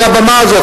מעל הבמה הזאת,